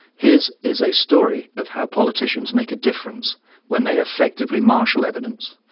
his is a story of how politicians make a difference when they effectively marshal evidence,